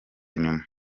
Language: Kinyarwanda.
nyuma